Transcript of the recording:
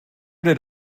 did